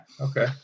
Okay